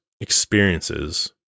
experiences